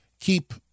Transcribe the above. keep